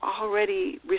already